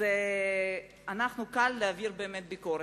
באמת קל להעביר ביקורת.